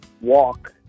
walk